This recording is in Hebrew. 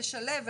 לשלב,